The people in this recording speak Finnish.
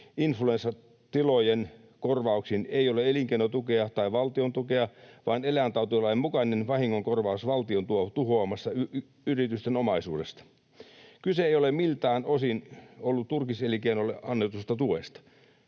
influenssatilojen korvauksiin ei ole elinkeinotukea tai valtiontukea, vaan eläintautilain mukainen vahingonkorvaus valtion tuhoamasta yritysten omaisuudesta. Kyse ei ole miltään osin ollut turkiselinkeinolle annetusta tuesta.”